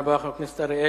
תודה רבה, חבר הכנסת אריאל.